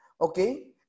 Okay